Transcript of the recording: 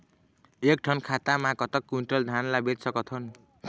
एक ठन खाता मा कतक क्विंटल धान ला बेच सकथन?